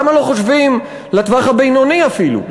למה לא חושבים לטווח הבינוני, אפילו?